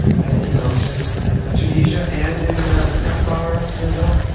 i you know i was in ah tunisia and in dakar, senegal.